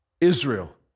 Israel